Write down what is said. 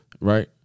Right